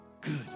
good